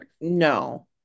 No